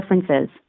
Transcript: differences